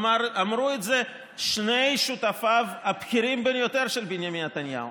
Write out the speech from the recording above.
אמרו את זה שני שותפיו הבכירים ביותר של בנימין נתניהו.